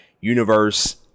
universe